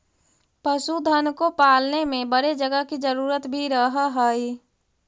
पशुधन को पालने में बड़े जगह की जरूरत भी रहअ हई